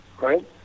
right